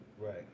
Right